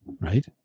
right